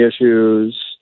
issues